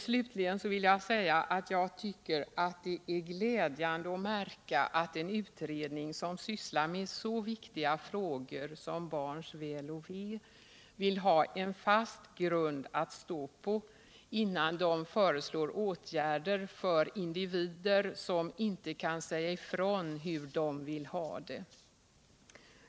Slutligen vill jag framhålla att jag tycker det är glädjande att märka att en utredning som sysslar med så viktiga frågor som barns väl och ve vill ha en fast grund att stå på innan den föreslår åtgärder för individer som inte kan säga ifrån hur de vill ha det.